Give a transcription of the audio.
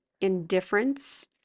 indifference